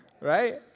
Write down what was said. right